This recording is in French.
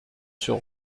sur